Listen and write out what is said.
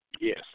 Yes